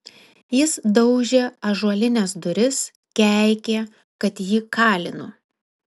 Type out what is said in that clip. jis daužė ąžuolines duris keikė kad jį kalinu